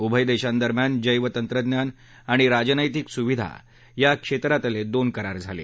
उभय देशांदरम्यान जैव तंत्रज्ञान आणि राजनैतिक सुविधा या क्षेत्रातले दोन करार झाले